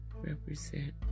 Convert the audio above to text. represent